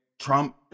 Trump